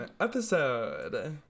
episode